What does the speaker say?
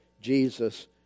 Jesus